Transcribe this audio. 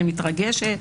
אני מתרגשת.